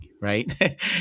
right